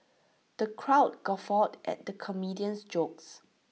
the crowd guffawed at the comedian's jokes